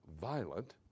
violent